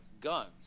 guns